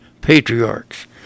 patriarchs